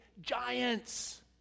giants